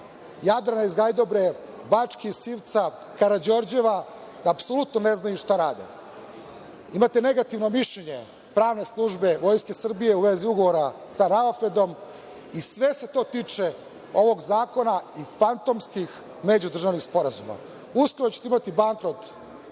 Jadrana iz Gajdobre, Bačke iz Sivca, Karađorđeva da apsolutno ne znaju šta rade? Imate negativno mišljenje pravne službe Vojske Srbije u vezi ugovora sa Ravafedom i sve se to tiče ovog Zakona i fantomskih međudržavnih sporazuma. Uskoro ćete imati bankrot